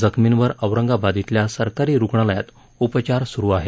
जखर्मीवर औरंगाबाद खेल्या सरकारी रुग्णालयात उपचार सुरु आहेत